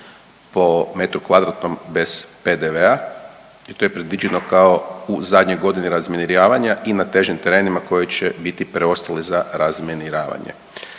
po metru kvadratnom bez PDV-a i to je predviđeno kao u zadnjoj godini razminiravanja i na težim terenima koji će biti preostali za razminiravanje.